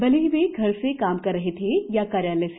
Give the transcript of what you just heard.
भले ही वे घर से काम कर रहे थे या कार्यालय से